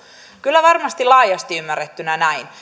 kyllä varmasti laajasti ymmärrettynä on näin